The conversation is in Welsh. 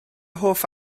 hoff